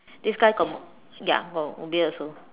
this guy got ya got beard also